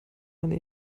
eine